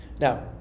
Now